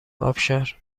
آبشار